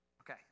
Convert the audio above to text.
Okay